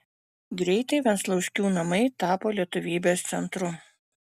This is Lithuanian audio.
greitai venclauskių namai tapo lietuvybės centru